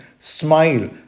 Smile